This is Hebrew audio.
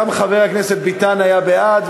גם חבר הכנסת ביטן היה בעד,